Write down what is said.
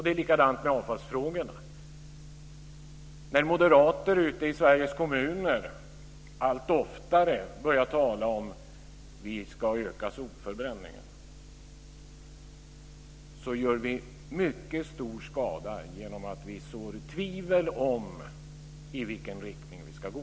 Det är likadant med avfallsfrågorna. När moderater ute i Sveriges kommuner allt oftare börjar tala om att vi ska öka sopförbränningen gör man mycket stor skada genom att så tvivel om i vilken riktning vi ska gå.